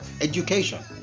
education